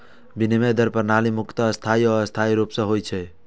विनिमय दर प्रणाली मुख्यतः स्थायी आ अस्थायी रूप मे होइ छै